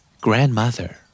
Grandmother